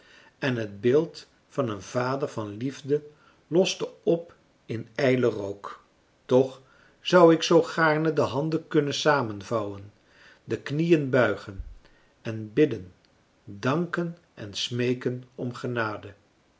en het beeld van een vader van liefde loste op in ijlen rook toch zou ik zoo gaarne de handen kunnen samenvouwen de knieën buigen en bidden danken en smeeken om genade